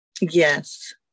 Yes